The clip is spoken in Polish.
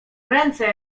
ręce